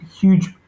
huge